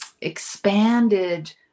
expanded